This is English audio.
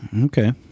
Okay